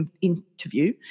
interview